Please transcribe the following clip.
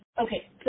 Okay